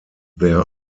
there